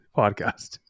podcast